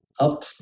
up